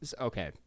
Okay